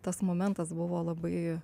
tas momentas buvo labai